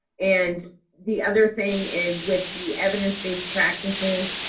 and the other thing is with the evidence based practices,